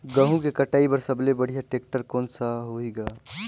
गहूं के कटाई पर सबले बढ़िया टेक्टर कोन सा होही ग?